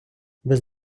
без